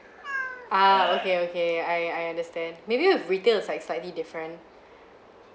ah okay okay I I understand maybe if retail it's like slightly different